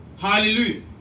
hallelujah